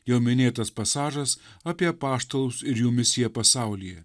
jau minėtas pasažas apie apaštalus ir jų misiją pasaulyje